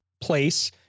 place